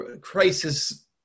crisis